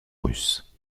russe